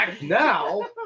now